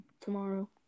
tomorrow